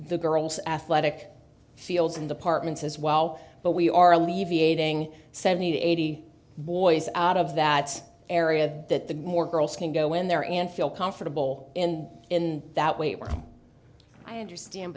the girls athletic fields and apartments as well but we are alleviating seventy to eighty boys out of that area that the more girls can go in there and feel comfortable and in that way when i understand